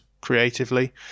creatively